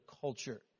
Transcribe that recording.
culture